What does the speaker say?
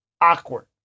awkward